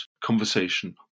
conversation